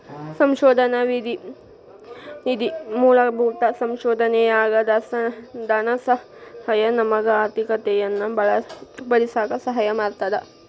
ಸಂಶೋಧನಾ ನಿಧಿ ಮೂಲಭೂತ ಸಂಶೋಧನೆಯಾಗ ಧನಸಹಾಯ ನಮಗ ಆರ್ಥಿಕತೆಯನ್ನ ಬಲಪಡಿಸಕ ಸಹಾಯ ಮಾಡ್ತದ